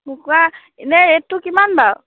কুকুৰা এনেই ৰেটটো কিমান বাৰু